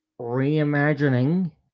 reimagining